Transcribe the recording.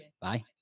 Bye